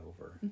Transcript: over